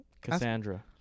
cassandra